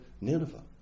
Nineveh